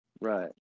Right